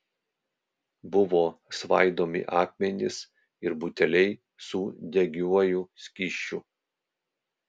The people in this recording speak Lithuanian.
buvo svaidomi akmenys ir buteliai su degiuoju skysčiu